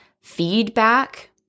feedback